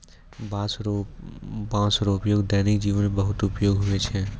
बाँस रो उपयोग दैनिक जिवन मे बहुत उपयोगी हुवै छै